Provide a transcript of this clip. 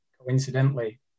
coincidentally